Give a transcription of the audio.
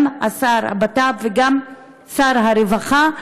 גם השר לביטחון פנים וגם שר הרווחה,